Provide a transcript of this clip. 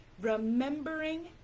remembering